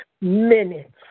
Minutes